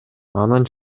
анын